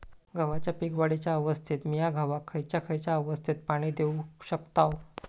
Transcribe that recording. गव्हाच्या पीक वाढीच्या अवस्थेत मिया गव्हाक खैयचा खैयचा अवस्थेत पाणी देउक शकताव?